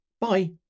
Bye